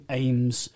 aims